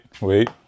wait